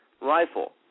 rifle